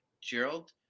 Gerald